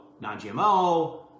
non-GMO